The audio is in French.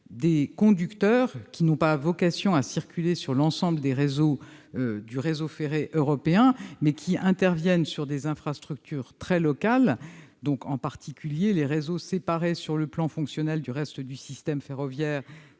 des conducteurs qui n'ont pas vocation à circuler sur l'ensemble du réseau ferré européen : ils interviennent sur des infrastructures très locales, en particulier les réseaux séparés sur le plan fonctionnel du reste du système ferroviaire,